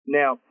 now